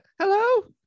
Hello